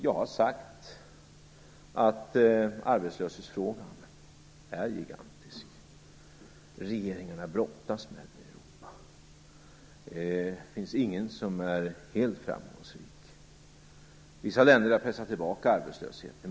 Jag har sagt att arbetslöshetsfrågan är gigantisk. Regeringarna brottas med den i Europa. Det finns ingen som är helt framgångsrik. Vissa länder har pressat tillbaka arbetslösheten.